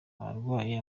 abarwaye